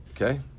Okay